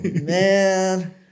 man